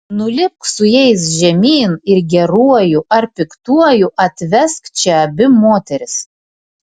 nulipk su jais žemyn ir geruoju ar piktuoju atvesk čia abi moteris